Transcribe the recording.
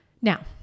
Now